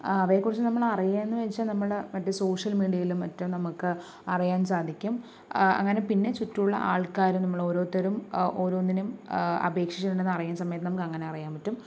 അവയെക്കുറിച്ച് നമ്മൾ അറിയാന്നുവച്ച നമ്മുടെ സോഷ്യൽ മീഡിയയിലും മറ്റും നമുക്ക് അറിയാൻ സാധിക്കും അങ്ങനെ പിന്നെ ചുറ്റുമുള്ള ആൾക്കാര് നമ്മൾ ഓരോരുത്തരും ഓരോന്നിനും അപേക്ഷിച്ചിട്ടുണ്ടെന്ന് അറിയുന്ന സമയത്ത് അങ്ങനെ അറിയാൻ പറ്റും